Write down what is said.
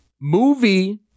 movie